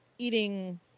eating